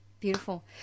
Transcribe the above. Beautiful